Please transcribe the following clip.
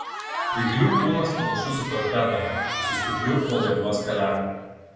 ryklių kūnas panašus į torpedą su stipriu uodegos peleku